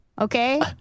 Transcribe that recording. okay